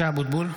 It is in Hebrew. (קורא בשמות חברי הכנסת) משה אבוטבול,